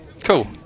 Cool